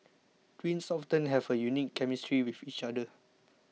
twins often have a unique chemistry with each other